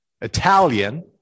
Italian